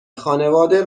خانواده